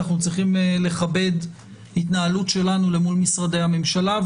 צריכים לכבד התנהלות שלנו מול משרדי ממשלה.